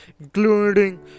including